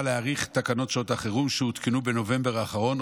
להאריך את תקנות שעת חירום שהותקנו בנובמבר האחרון,